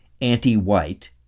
anti-white